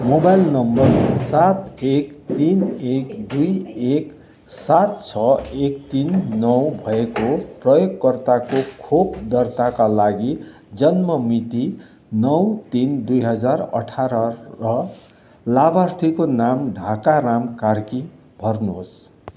mobile number सात एक तिन एक दुई एक सात छ एक तिन नौ भएको प्रयोगकर्ताको खोप दर्ताका लागि जन्म मिति नौ तिन दुई हजार अठार र लाभार्थीको नाम ढाका राम कार्की भर्नुहोस्